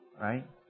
right